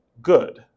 good